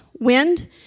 wind